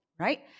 right